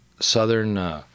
southern, –